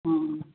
हाँ